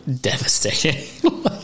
devastating